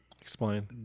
Explain